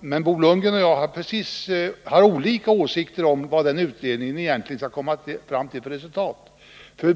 men Bo Lundgren och jag har olika åsikter om vilka resultat den utredningen skall komma fram till.